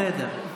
בסדר.